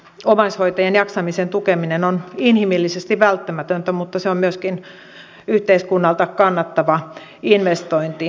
omaishoitajien jaksamisen tukeminen on inhimillisesti välttämätöntä mutta se on myöskin yhteiskunnalta kannattava investointi